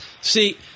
See